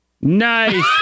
Nice